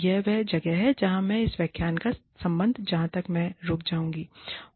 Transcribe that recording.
यह वह जगह है जहां मैं इस व्याख्यान का संबंध है जहां तक मैं रुक जाऊँगा